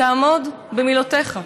תעמוד במילותיך.